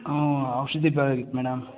ಊಂ ಔಷಧಿ ಮೇಡಮ್